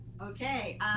Okay